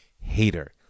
hater